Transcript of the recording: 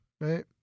right